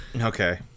Okay